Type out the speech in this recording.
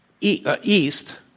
east